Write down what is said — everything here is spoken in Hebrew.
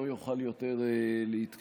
לא יוכל יותר להתקיים.